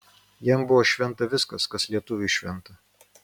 jam buvo šventa viskas kas lietuviui šventa